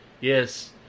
Yes